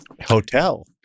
Hotel